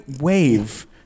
wave